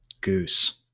Goose